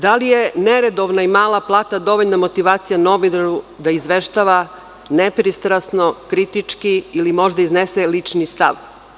Da li je neredovna i mala plata dovoljna motivacija novinara da izveštava nepristrasno, kritički ili možda da iznese lični stav?